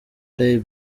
play